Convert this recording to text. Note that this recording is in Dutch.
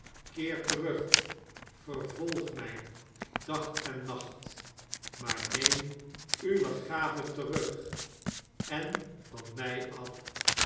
keer terug vervolg mij dag en nacht maar neem uwe gave terug en van mij af